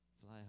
Fly